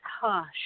hush